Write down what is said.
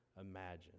imagine